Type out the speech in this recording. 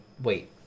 wait